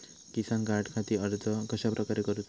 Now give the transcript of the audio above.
किसान कार्डखाती अर्ज कश्याप्रकारे करूचो?